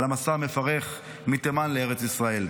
על המסע המפרך מתימן לארץ ישראל.